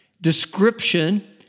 description